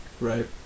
Right